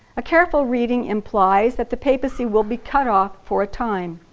a careful reading implies that the papacy will be cut off for a time,